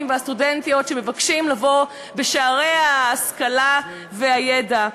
והסטודנטיות שמבקשים לבוא בשערי ההשכלה והידע.